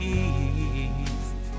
east